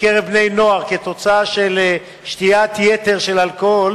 בקרב בני-נוער כתוצאה משתיית יתר של אלכוהול